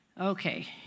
okay